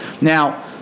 Now